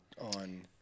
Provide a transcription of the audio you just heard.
on